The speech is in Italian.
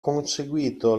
conseguito